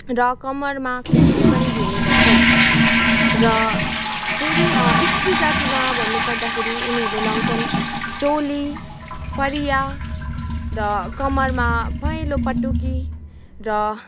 र कम्मरमा खुकुरी पनि भिर्ने गर्छन र फेरि सत्री जातिमा भन्न पर्दाखेरि उनीहरूले लाउँछन् चोली फरिया र कम्मरमा पहेँलो पटुकी र